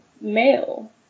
male